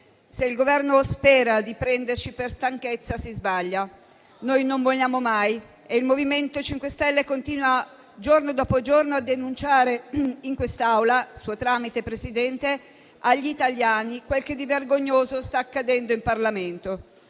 Se il Governo spera di prenderci per stanchezza, si sbaglia: noi non molliamo mai e il MoVimento 5 Stelle continua, giorno dopo giorno, a denunciare in quest'Aula, per suo tramite, Presidente, agli italiani quel che di vergognoso sta accadendo in Parlamento.